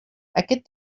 aquest